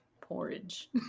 Porridge